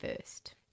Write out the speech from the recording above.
first